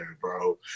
bro